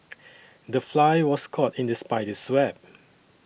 the fly was caught in the spider's web